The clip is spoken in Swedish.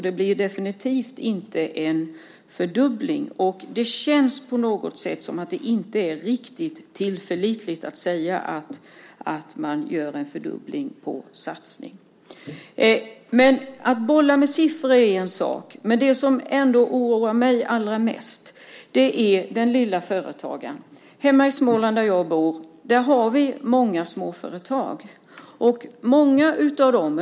Det blir definitivt inte en fördubbling. Det känns som att det inte är riktigt tillförlitligt att säga att det sker en fördubbling. Att bolla med siffror är en sak, men det som oroar mig mest är situationen för den lilla företagaren. I Småland, där jag bor, finns många småföretag.